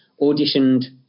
auditioned